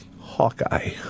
Hawkeye